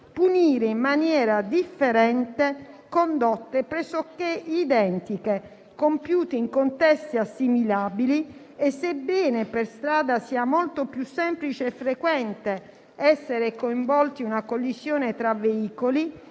punire in maniera differente condotte pressoché identiche, compiute in contesti assimilabili. Sebbene per strada sia molto più semplice e frequente essere coinvolti in una collisione tra veicoli,